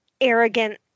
arrogant